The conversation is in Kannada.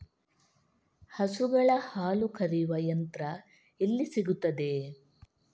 ಹಸುಗಳ ಹಾಲು ಕರೆಯುವ ಯಂತ್ರ ಎಲ್ಲಿ ಸಿಗುತ್ತದೆ?